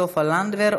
סופה לנדבר,